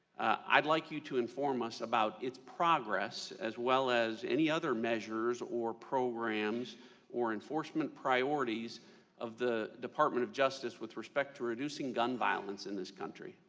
like you to inform us about its progress as well as any other measures or programs or enforcement priorities of the department of justice with respect to reducing gun violence in this country.